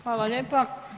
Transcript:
Hvala lijepa.